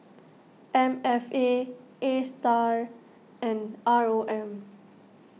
M F A Astar and R O M